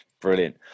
Brilliant